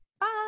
Bye